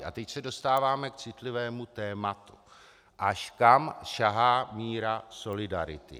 A teď se dostáváme k citlivému tématu, až kam sahá míra solidarity.